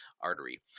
artery